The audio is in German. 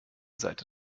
seite